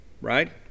right